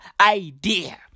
idea